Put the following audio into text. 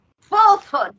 Falsehood